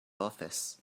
office